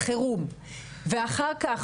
חירום ואחר כך,